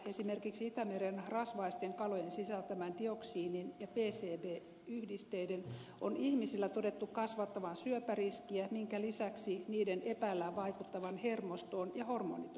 esimerkiksi itämeren rasvaisten kalojen sisältämän dioksiinin ja pcb yhdisteiden on ihmisillä todettu kasvattavan syöpäriskiä minkä lisäksi niiden epäillään vaikuttavan hermostoon ja hormonitoimintaan